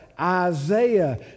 Isaiah